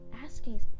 asking